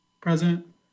Present